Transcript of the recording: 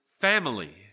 family